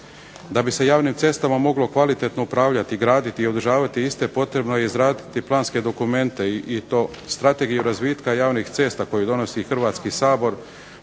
Da bi se javnim cestama moglo kvalitetno upravljati, graditi i održavati iste potrebno je izraditi planske dokumente i to Strategiju razvitka javnih cesta koji donosi Hrvatski sabor,